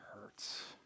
hurts